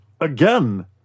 again